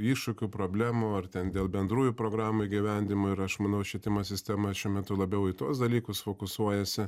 iššūkių problemų ar ten dėl bendrųjų programų įgyvendinimo ir aš manau švietimo sistema šiuo metu labiau į tuos dalykus fokusuojasi